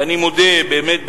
ואני מודה באמת,